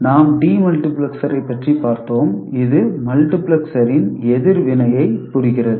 நாம் டிமல்டிபிளெக்சரைப் பற்றி பார்த்தோம் இது மல்டிப்ளெக்ஸரின் எதிர்வினையை புரிகிறது